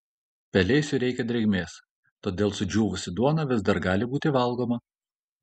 pelėsiui reikia drėgmės todėl sudžiūvusi duona vis dar gali būti valgoma